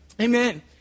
Amen